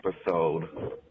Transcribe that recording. episode